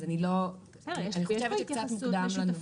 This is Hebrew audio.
אז אני לא, אני חושבת שזה קצת מוקדם לנו.